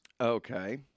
Okay